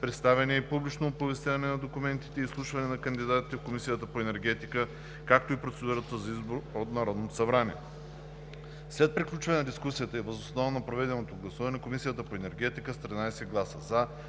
представяне и публично оповестяване на документите и изслушване на кандидатите в Комисията по енергетика, както и процедурата за избор от Народното събрание . След приключване на дискусията и въз основа на проведеното гласуване Комисията по енергетика с 13 гласа